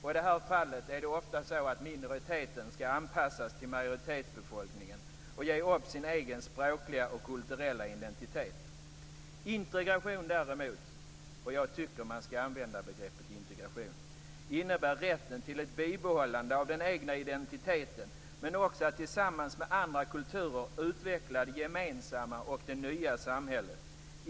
I det här fallet är det oftast så att minoriteten skall anpassa sig till majoritetsbefolkningen och ge upp sin egen språkliga och kulturella identitet. Integration däremot - jag tycker att man skall använda begreppet integration - innebär rätten till ett bibehållande av den egna identiteten, men också att tillsammans med andra kulturer utveckla det gemensamma och nya samhället.